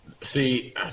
See